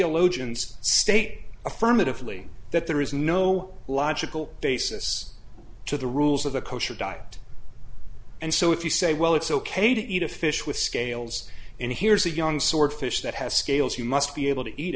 ans state affirmatively that there is no logical basis to the rules of the kosher diet and so if you say well it's ok to eat a fish with scales and here's a young swordfish that has gayle's you must be able to eat